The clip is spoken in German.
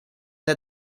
der